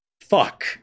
Fuck